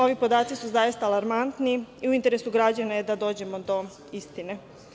Ovi podaci su zaista alarmantni i u interesu građana je da dođemo do istine.